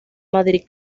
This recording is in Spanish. madrid